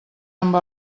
amb